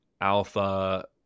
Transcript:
alpha